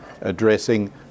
addressing